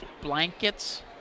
blankets